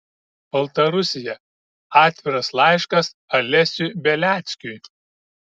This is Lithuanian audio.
baltarusija atviras laiškas alesiui beliackiui